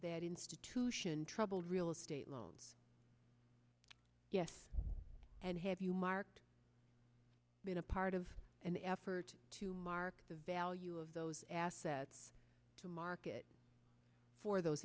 that institution troubled real estate loans yes and have you marked been a part of an effort to mark the value of those assets to market for those